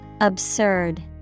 Absurd